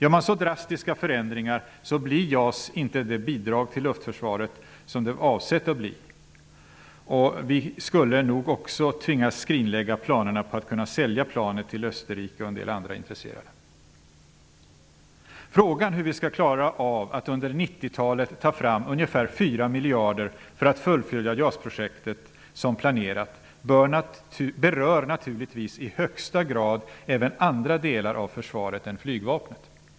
Om man gör så drastiska förändringar blir JAS inte det bidrag till luftförsvaret som det var avsett att bli, och vi skulle nog också tvingas skrinlägga planerna på att kunna sälja planet till Österrike och till en del andra intresserade. Frågan om hur vi skall klara av att under 1990-talet ta fram ungefär 4 miljarder för att fullfölja JAS projektet som planerat berör naturligtvis i högsta grad även andra delar av försvaret än flygvapnet.